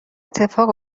اتفاق